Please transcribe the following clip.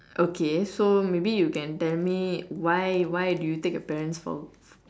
okay so maybe you can tell me why why do you take your parents for